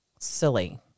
silly